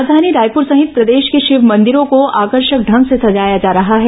राजधानी रायपुर सहित प्रदेश के शिव मंदिरों को आकर्षक ढंग से सजाया जा रहा है